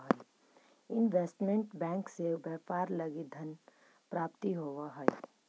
investment bank से व्यापार लगी धन प्राप्ति होवऽ हइ